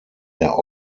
der